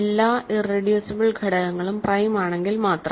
എല്ലാ ഇറെഡ്യൂസിബിൾ ഘടകങ്ങളും പ്രൈം ആണെങ്കിൽ മാത്രം